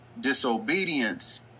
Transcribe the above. disobedience